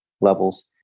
levels